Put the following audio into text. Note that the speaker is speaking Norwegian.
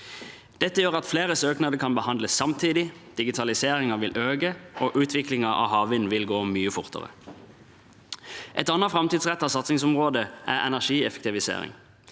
Dette gjør at flere søknader kan behandles samtidig, digitaliseringen vil øke, og utviklingen av havvind vil gå mye fortere. Et annet framtidsrettet satsingsområde er energieffektivisering.